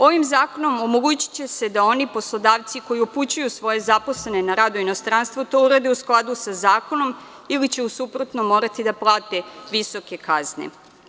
Ovim zakonom omogućiće se da oni poslodavci koji upućuju svoje zaposlene na rad u inostranstvo to urade u skladu sa zakonom ili će u suprotnom morati da plate visoke kazne.